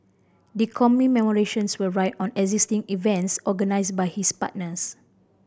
the commemorations will ride on existing events organised by his partners